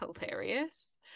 hilarious